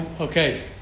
Okay